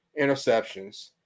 interceptions